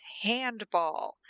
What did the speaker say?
handball